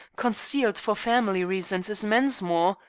concealed for family reasons, is mensmore.